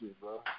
bro